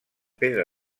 pedra